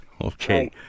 Okay